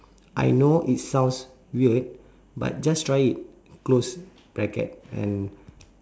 I know it sounds weird but just try it close bracket and